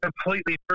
completely